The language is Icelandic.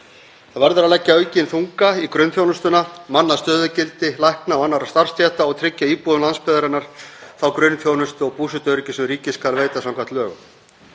Það verður að leggja aukinn þunga í grunnþjónustuna, manna stöðugildi lækna og annarra starfsstétta og tryggja íbúum landsbyggðarinnar þá grunnþjónustu og búsetuöryggi sem ríkið skal veita samkvæmt lögum.